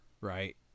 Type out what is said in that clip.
right